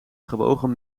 gewogen